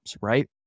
right